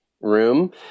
room